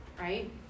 right